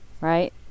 right